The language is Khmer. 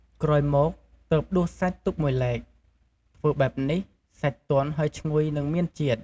ក្រោយមកទើបដួសសាច់ទុកមួយឡែក ធ្វើបែបនេះ សាច់ទន់ហើយឈ្ងុយនិងមានជាតិ។